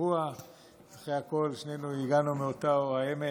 אחרי הכול שנינו הגענו מאותו העמק.